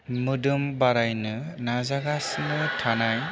मोदोम बारायनो नाजागासिनो थानाय